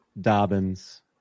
Dobbins